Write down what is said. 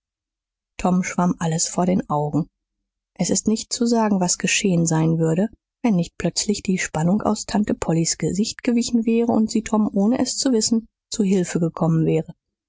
tom schwamm alles vor den augen es ist nicht zu sagen was geschehen sein würde wenn nicht plötzlich die spannung aus tante pollys gesicht gewichen wäre und sie tom ohne es zu wissen zu hilfe gekommen wäre